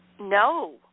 no